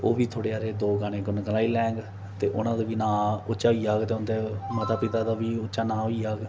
ते ओह् बी थोह्ड़े हारे दो गाने गुन गुनाई लैन ते उ'नां दा बी नांऽ उच्चा होई जाह्ग ते उं'दे माता पिता दा बी उच्चा नांऽ होई जाह्ग